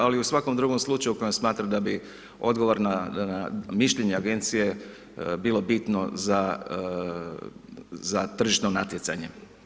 Ali i u svakom drugom slučaju u kojem smatra da bi odgovorna mišljenja agencije bilo bitno za tržišno natjecanje.